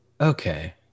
Okay